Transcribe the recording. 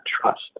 trust